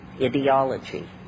ideology